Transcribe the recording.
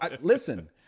Listen